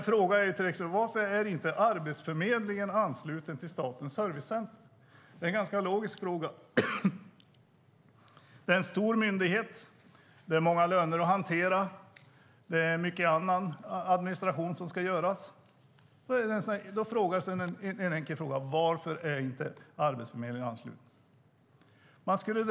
Varför är till exempel Arbetsförmedlingen inte ansluten till Statens servicecenter? Det är en ganska logisk fråga. Det är en stor myndighet med många löner att hantera och med mycket annan administration. En enkel fråga är därför varför Arbetsförmedlingen inte är ansluten.